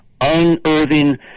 unearthing